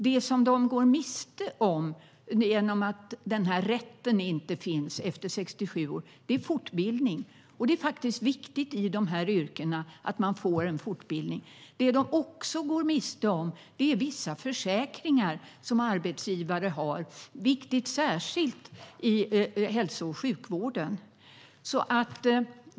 Det som de går miste om genom att det inte finns en rätt att arbeta efter 67 år är fortbildning. Fortbildning är viktigt i dessa yrken. Det som de också går miste om är vissa försäkringar som arbetsgivare har, och det är särskilt viktigt i hälso och sjukvården.